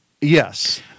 Yes